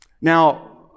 Now